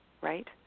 right